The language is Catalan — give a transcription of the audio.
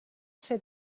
ser